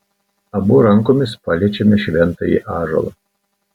abu rankomis paliečiame šventąjį ąžuolą